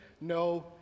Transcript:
No